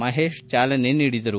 ಮಹೇಶ್ ಚಾಲನೆ ನೀಡಿದರು